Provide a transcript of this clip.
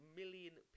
million